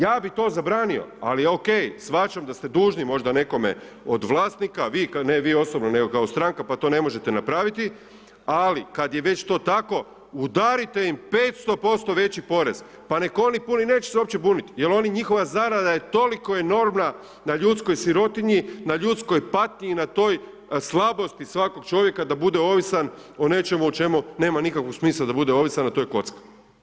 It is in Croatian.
Ja bi to zabranio, ali ok, shvaćam da ste dužni možda nekome od vlasnika, vi ne kao vi osobno nego kao stranka pa to ne možete napraviti, ali kad je već to tako, udarite im 500% veći porez pa nek' one pune, neće se uopće bunit jer njihova zarada je toliko enormna na ljudskoj sirotinji, na ljudskoj patnji i na toj slabosti svakog čovjeka da bude ovisan o nečemu o čemu nikakvog smisla da bude ovisan a to je kocka.